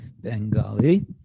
Bengali